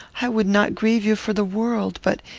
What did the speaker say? i would not grieve you for the world but,